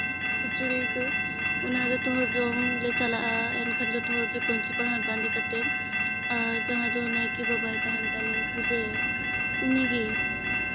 ᱠᱷᱤᱪᱩᱲᱤ ᱠᱚ ᱚᱱᱟ ᱡᱚᱛᱚ ᱦᱚᱲ ᱡᱚᱢᱞᱮ ᱪᱟᱞᱟᱜᱼᱟ ᱢᱮᱱᱠᱷᱟᱱ ᱡᱚᱛᱚ ᱦᱚᱲᱜᱮ ᱯᱟᱹᱧᱪᱤ ᱯᱟᱨᱦᱟᱲ ᱵᱟᱸᱫᱮ ᱞᱟᱛᱮᱫ ᱟᱨ ᱡᱟᱦᱟᱸ ᱫᱚ ᱱᱟᱭᱠᱮ ᱵᱟᱵᱟᱭ ᱛᱟᱦᱮᱱ ᱛᱟᱞᱮᱭᱟ ᱯᱩᱡᱟᱹᱭᱟᱭ ᱩᱱᱤᱜᱮᱭ